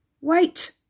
Wait